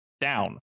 down